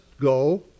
go